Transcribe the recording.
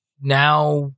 now